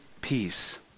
Peace